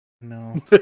No